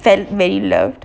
felt very loved